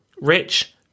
rich